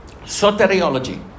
soteriology